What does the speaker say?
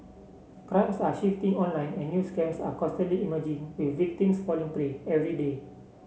crimes are shifting online and new scams are constantly emerging with victims falling prey every day